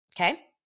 Okay